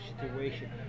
situation